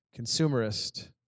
consumerist